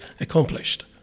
accomplished